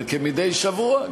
וכמדי שבוע,